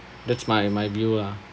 that's my my view lah